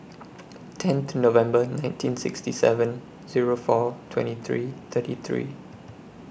tenth November nineteen sixty seven Zero four twenty three thirty three